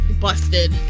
busted